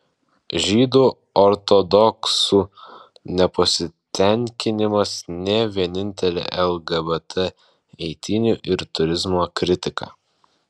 žydų ortodoksų nepasitenkinimas ne vienintelė lgbt eitynių ir turizmo kritika